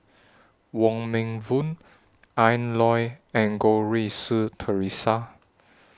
Wong Meng Voon Ian Loy and Goh Rui Si Theresa